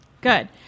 Good